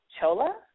Chola